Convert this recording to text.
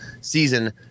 season